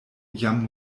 jam